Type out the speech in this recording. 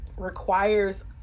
requires